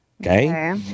okay